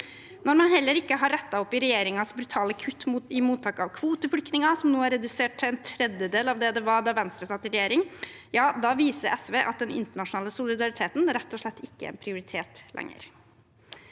Når man heller ikke har rettet opp i regjeringens brutale kutt i mottak av kvoteflyktninger, som nå er redusert til en tredjedel av det det var da Venstre satt i regjering, viser SV at den internasjonale solidariteten rett og slett ikke er prioritert lenger.